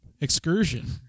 Excursion